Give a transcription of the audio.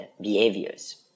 behaviors